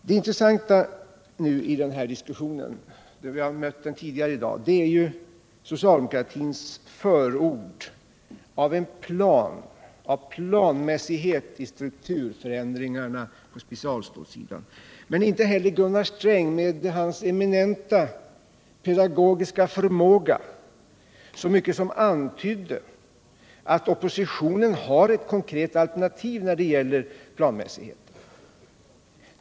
Det intressanta i denna diskussion — vi har mött det tidigare i dag — är socialdemokratins förord för en planmässighet i strukturförändringarna på specialstålsidan. Men inte heller Gunnar Sträng med sin eminenta pedagogiska förmåga så mycket som antydde att oppositionen har ett konkret alternativ när det gäller planmässighet.